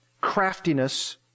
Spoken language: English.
craftiness